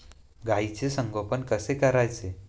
गाईचे संगोपन कसे करायचे?